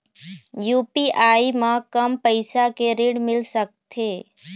UPI म कम पैसा के ऋण मिल सकथे?